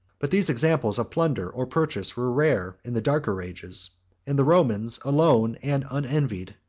but these examples of plunder or purchase were rare in the darker ages and the romans, alone and unenvied,